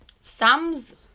Sam's